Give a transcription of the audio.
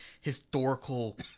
historical